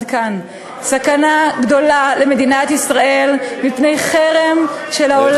כאן: סכנה גדולה למדינת ישראל מפני חרם של העולם כולו,